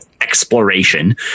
exploration